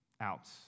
out